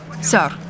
Sir